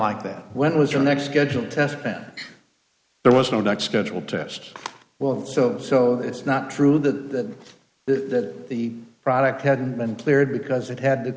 like that when was your next scheduled test when there was no next scheduled test well so so it's not true that that the product hadn't been cleared because it had the